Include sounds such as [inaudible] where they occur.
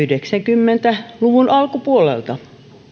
[unintelligible] yhdeksänkymmentä luvun alkupuolelta